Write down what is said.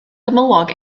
gymylog